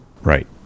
Right